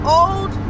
old